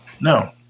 No